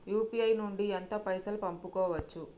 UPI నుండి ఎంత పైసల్ పంపుకోవచ్చు?